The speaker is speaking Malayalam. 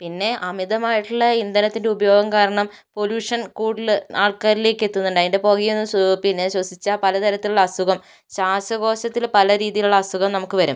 പിന്നെ അമിതമായിട്ടുള്ള ഇന്ധനത്തിൻ്റെ ഉപയോഗം കാരണം പൊലൂഷൻ കൂടുതൽ ആൾക്കാരിലേക്ക് എത്തുന്നുണ്ട് അതിൻ്റെ പുകയൊന്നു പിന്നെ ശ്വസിച്ചാൽ പല തരത്തിലുള്ള അസുഖം ശ്വാസകോശത്തിൽ പല രീതിയിലുള്ള അസുഖം നമുക്ക് വരും